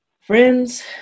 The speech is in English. Friends